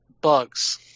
bugs